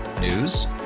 News